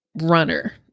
runner